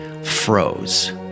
froze